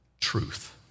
Truth